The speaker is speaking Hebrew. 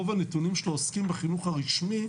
רוב הנתונים שלו עוסקים בחינוך הרשמי,